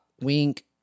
wink